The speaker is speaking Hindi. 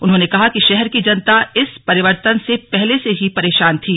उन्होंने कहा कि शहर की जनता इस परिवर्तन से पहले ही परेशान थी